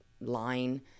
line